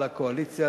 לקואליציה,